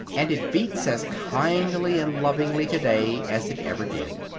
and it beats as kindly and lovingly today as it ever did.